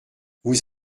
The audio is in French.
vous